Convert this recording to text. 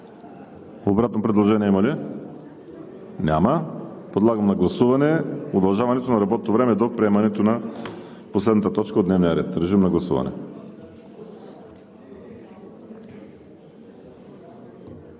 Обратно предложение има ли? Няма. Подлагам на гласуване удължаването на работното време до приемането на последната точка от дневния ред. Гласували